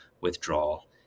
withdrawal